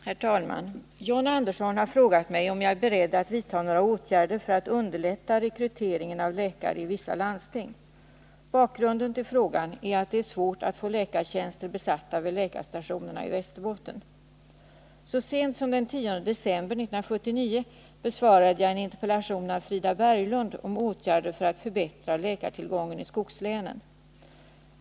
Herr talman! John Andersson har frågat mig om jag är beredd att vidta några åtgärder för att underlätta rekryteringen av läkare i vissa landsting. Bakgrunden till frågan är att det är svårt att få läkartjänster besatta vid läkarstationerna i Västerbotten. Så sent som den 10 december 1979 besvarade jag en interpellation av Frida Berglund om åtgärder för att förbättra läkartillgången i skogslänen.